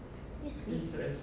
you sleep